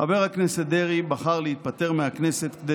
חבר הכנסת דרעי בחר להתפטר מהכנסת כדי